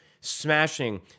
smashing